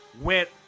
went